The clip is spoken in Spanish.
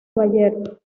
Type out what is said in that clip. bayer